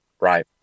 Right